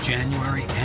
January